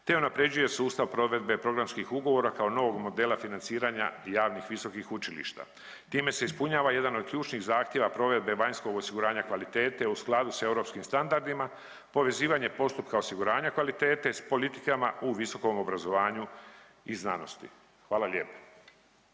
te unapređuje sustav provedbe programskih ugovora kao novog modela financiranja javnih visokih učilišta. Time se ispunjava jedan od ključnih zahtjeva provedbe vanjskog osiguranja kvalitete u skladu sa europskim standardima, povezivanje postupka osiguranja kvalitete s politikama u visokom obrazovanju i znanosti. Hvala lijepa.